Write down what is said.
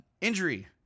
Injury